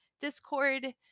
Discord